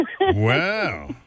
Wow